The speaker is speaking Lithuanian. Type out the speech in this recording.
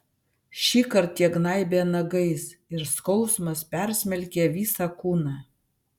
šįkart jie gnaibė nagais ir skausmas persmelkė visą kūną